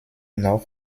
noch